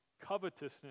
covetousness